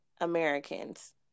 americans